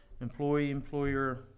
employee-employer